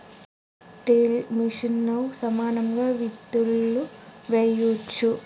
strip till మెషిన్తో సమానంగా విత్తులు వేయొచ్చు